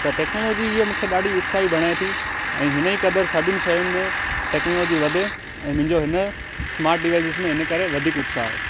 त टेक्नोलॉजी हीअ मूंखे ॾाढी उत्साही बणाएं थी ऐं हिनजी कद्र सभिनि शयुंनि में टेक्नोलॉजी वधे ऐं मुंहिंजो हिन स्मार्ट डिवाइज़िज़ में हिन करे वधीक उत्साह आहे